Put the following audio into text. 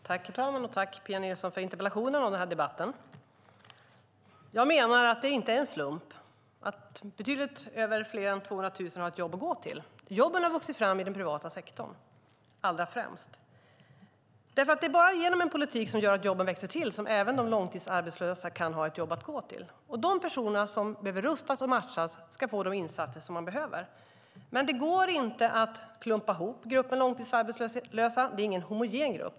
Herr talman! Tack, Pia Nilsson, för interpellationen och den här debatten! Jag menar att det inte är en slump att 200 000 fler har ett jobb att gå till. Jobben har framför allt vuxit fram i den privata sektorn. Det är bara genom en politik som gör att jobben växer till som även de långtidsarbetslösa kan ha ett jobb att gå till. Och de personer som behöver rustas och matchas ska få de insatser som de behöver. Men det går inte att klumpa ihop gruppen långtidsarbetslösa. Det är ingen homogen grupp.